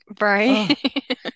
right